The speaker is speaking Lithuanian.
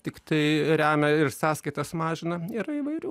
tiktai remia ir sąskaitas mažina yra įvairių